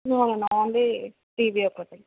లేదండి టీవీ ఒక్కటే